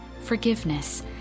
forgiveness